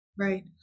Right